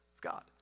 God